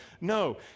No